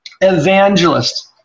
Evangelist